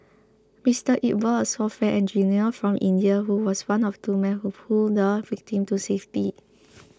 Mister Iqbal a software engineer from India who was one of two men who pulled the victim to safety